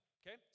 okay